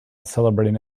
celebrating